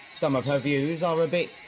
some of her views are a bit,